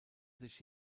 sich